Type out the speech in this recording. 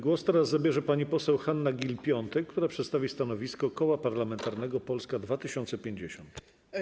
Głos teraz zabierze pani poseł Hanna Gill-Piątek, która przedstawi stanowisko Koła Parlamentarnego Polska 2050.